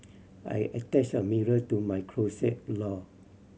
I attached a mirror to my closet door